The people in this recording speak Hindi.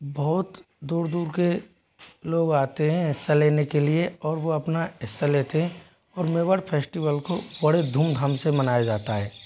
बहुत दूर दूर के लोग आते हैं हिस्सा लेने के लिए और वो अपना हिस्सा लेते हैं और मेवाड़ फेस्टिवल को बड़े धूम धाम से मनाया जाता है